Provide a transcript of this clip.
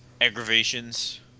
aggravations